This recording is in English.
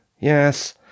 Yes